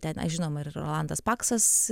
ten na žinoma ir rolandas paksas